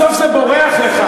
בסוף זה בורח לך,